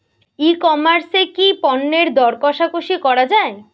ই commerce এ কি পণ্যের দর কশাকশি করা য়ায়?